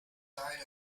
died